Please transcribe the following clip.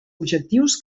objectius